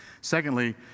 Secondly